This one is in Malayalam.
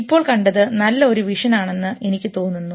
ഇപ്പോൾ കണ്ടത് നല്ല ഒരു വിഷൻ ആണെന്ന് എനിക്ക് തോന്നുന്നു